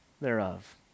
thereof